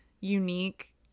unique